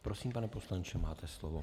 Prosím, pane poslanče, máte slovo.